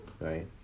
right